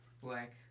black